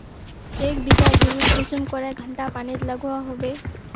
एक बिगहा गेँहूत कुंसम करे घंटा पानी लागोहो होबे?